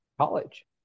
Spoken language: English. college